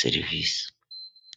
serivisi.